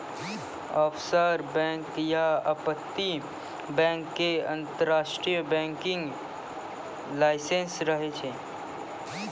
offshore bank या अपतटीय bank के अंतरराष्ट्रीय बैंकिंग लाइसेंस रहै छै